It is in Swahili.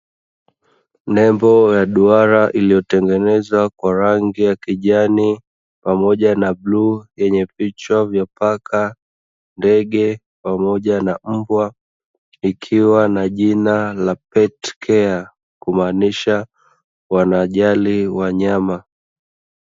Nembo ya duara iliyotengenezwa kwa rangi ya kijani pamoja na bluu yenye vichwa vya paka, ndege pamoja na mbwa, ikiwa na jina la ''Petcare'' kumaanisha wanajali wanyama.